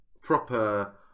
proper